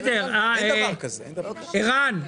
ערן,